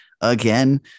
again